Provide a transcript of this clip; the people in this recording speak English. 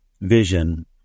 vision